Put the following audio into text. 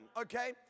okay